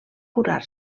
curar